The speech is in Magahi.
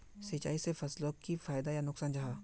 सिंचाई से फसलोक की फायदा या नुकसान जाहा?